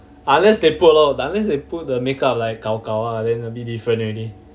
unless they put out unless they put the makeup like gao gao ah then a bit different already